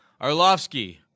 Arlovsky